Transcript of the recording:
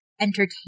entertain